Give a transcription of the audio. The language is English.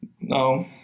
no